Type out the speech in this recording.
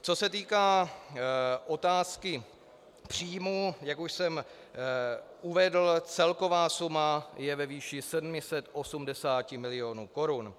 Co se týká otázky příjmu, jak už jsem uvedl, celková suma je ve výši 780 milionů korun.